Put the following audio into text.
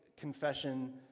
Confession